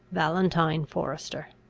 valentine forester.